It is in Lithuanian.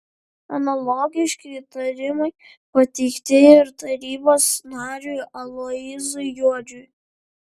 analogiški įtarimai pateikti ir tarybos nariui aloyzui juodžiui